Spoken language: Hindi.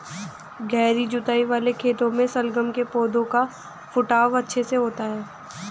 गहरी जुताई वाले खेतों में शलगम के पौधे का फुटाव अच्छे से होता है